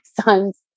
son's